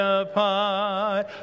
apart